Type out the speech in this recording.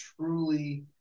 truly